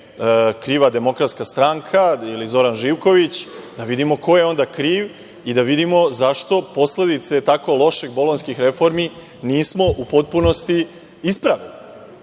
nije kriva DS ili Zoran Živković, da vidimo ko je onda kriv i da vidimo zašto posledice tako loših bolonjskih reformi nismo u potpunosti ispravili,